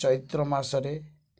ଚୈତ୍ର ମାସରେ